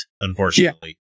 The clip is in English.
unfortunately